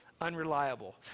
unreliable